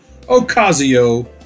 Ocasio